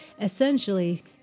essentially